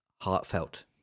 heartfelt